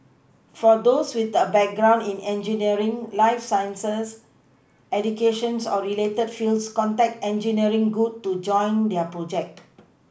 for those with a background in engineering life sciences education or related fields contact engineering good to join their projects